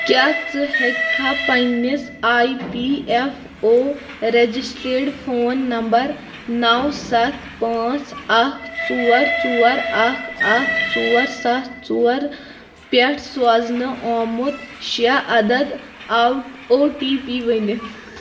کیٛاہ ژٕ ہیٚکھا پننِس آیۍ P F O registered phone number نو ستھ پانٛژھ اکھ ژور ژور اکھ اکھ ژور ستھ ژور پٮ۪ٹھ سوزنہٕ آمُت شےٚ عدد اوٚو او ٹی پی ؤنِتھ